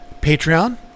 Patreon